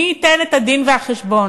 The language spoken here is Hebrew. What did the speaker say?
מי ייתן את הדין והחשבון?